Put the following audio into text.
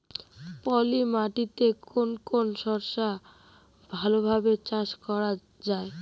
পলি মাটিতে কোন কোন শস্য ভালোভাবে চাষ করা য়ায়?